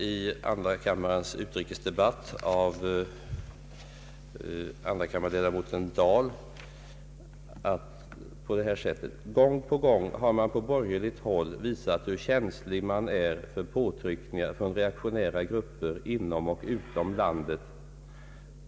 I andra kammarens utrikesdebatt sade fru Dahl: ”Gång på gång har man på borgerligt håll visat hur känslig man är för påtryckningar från reaktionära grupper inom och utom landet.